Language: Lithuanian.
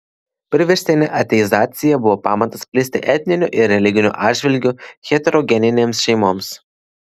priverstinė ateizacija buvo pamatas plisti etniniu ir religiniu atžvilgiu heterogeninėms šeimoms